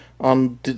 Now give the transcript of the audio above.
On